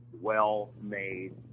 well-made